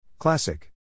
Classic